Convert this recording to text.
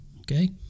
okay